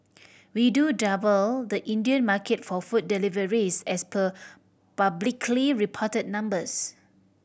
we do double the Indian market for food deliveries as per publicly reported numbers